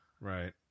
Right